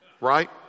Right